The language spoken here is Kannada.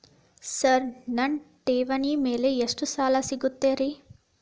ಸರ್ ನನ್ನ ಠೇವಣಿ ಮೇಲೆ ಎಷ್ಟು ಸಾಲ ಸಿಗುತ್ತೆ ರೇ?